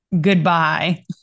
goodbye